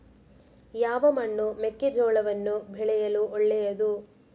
ಯಾವ ಮಣ್ಣು ಮೆಕ್ಕೆಜೋಳವನ್ನು ಬೆಳೆಯಲು ಒಳ್ಳೆಯದು?